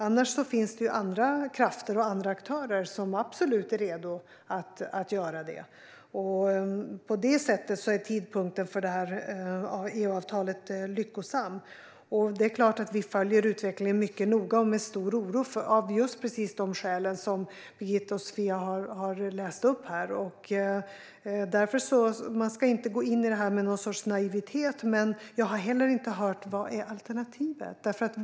Annars finns det andra krafter och andra aktörer som absolut är redo att göra det. På det sättet är tidpunkten för det här avtalet lyckosam. Det är klart att vi följer utvecklingen mycket noga och med stor oro av just de skäl som Birgitta och Sofia har läst upp här. Man ska inte gå in i detta med någon naivitet, men jag har heller inte hört vad alternativet skulle vara.